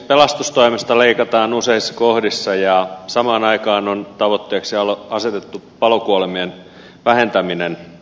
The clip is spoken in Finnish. pelastustoimesta leikataan useissa kohdissa ja samaan aikaan on tavoitteeksi asetettu palokuolemien vähentäminen